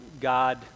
God